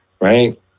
right